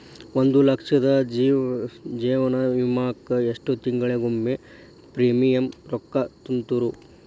ಒಂದ್ ಲಕ್ಷದ ಜೇವನ ವಿಮಾಕ್ಕ ಎಷ್ಟ ತಿಂಗಳಿಗೊಮ್ಮೆ ಪ್ರೇಮಿಯಂ ರೊಕ್ಕಾ ತುಂತುರು?